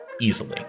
easily